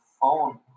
phone